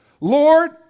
Lord